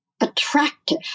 attractive